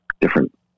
different